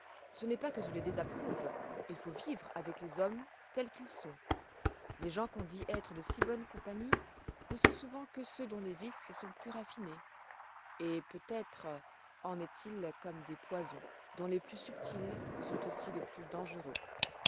ce n'est pas que je les désapprouve il faut vivre avec les gens tels qu'ils sont les gens qu'on dit être de bonne compagnie ne sont souvent que ceux dont le vice est plus raffiné et peut-être en est-il comme des poisons dont les plus subtils sont aussi les plus dangereux